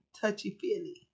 touchy-feely